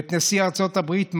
את נשיא ארצות הברית,